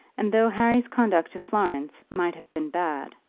and though harry's conduct to florence might have been bad,